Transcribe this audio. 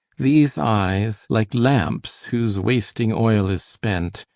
these eyes like lampes, whose wasting oyle is spent,